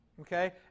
Okay